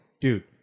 Dude